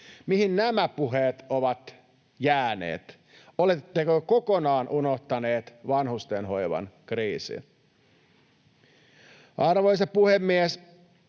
Mihin nämä puheet ovat jääneet? Oletteko kokonaan unohtaneet vanhustenhoivan kriisin? Arvoisa puhemies!